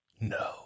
No